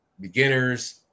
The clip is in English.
beginners